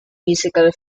musical